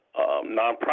nonprofit